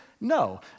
No